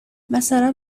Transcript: مثلا